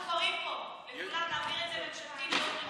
אנחנו קוראים פה לכולם להעביר את זה ממשלתית ביום ראשון.